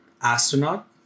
astronaut